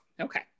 Okay